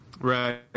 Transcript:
Right